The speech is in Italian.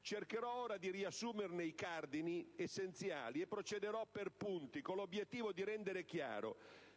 Cercherò ora di riassumerne i cardini essenziali, e procederò per punti, con l'obiettivo di rendere chiaro